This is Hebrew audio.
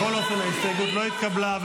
בכל אופן, ההסתייגות לא התקבלה.